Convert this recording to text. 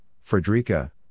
Frederica